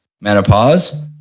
menopause